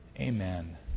amen